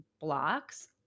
blocks